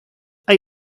hay